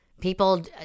people